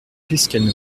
puisqu’elle